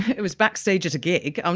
it was backstage at a gig. um